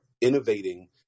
innovating